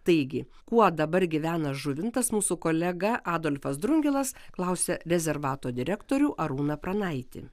taigi kuo dabar gyvena žuvintas mūsų kolega adolfas drungilas klausia rezervato direktorių arūną pranaitį